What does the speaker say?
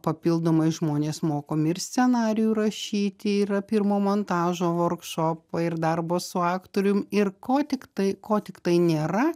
papildomai žmonės mokomi ir scenarijų rašyti yra pirmo montažo vorkšopai ir darbo su aktorium ir ko tik tai ko tik tai nėra